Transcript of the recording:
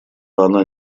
она